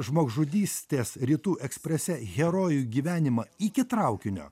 žmogžudystės rytų eksprese herojų gyvenimą iki traukinio